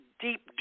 deep